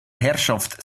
herrschaft